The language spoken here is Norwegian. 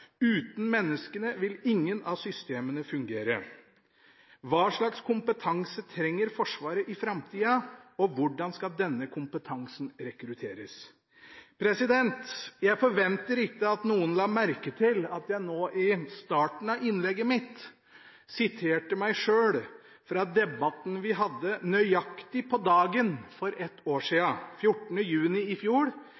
Uten menneskene vil ingen av systemene fungere.» «Hva slags kompetanse trenger Forsvaret i framtida, og hvordan skal denne kompetansen rekrutteres?» Jeg forventer ikke at noen la merke til at jeg nå i starten av innlegget mitt siterte meg selv fra debatten vi hadde nøyaktig på dagen for ett år